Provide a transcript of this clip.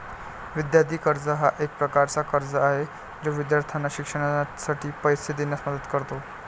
विद्यार्थी कर्ज हा एक प्रकारचा कर्ज आहे जो विद्यार्थ्यांना शिक्षणासाठी पैसे देण्यास मदत करतो